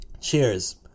cheers